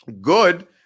good